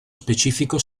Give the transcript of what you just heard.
specifico